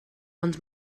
ond